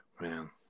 Man